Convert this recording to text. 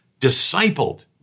discipled